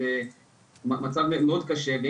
מצב מאוד קשה.